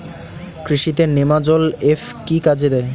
কৃষি তে নেমাজল এফ কি কাজে দেয়?